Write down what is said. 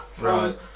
Right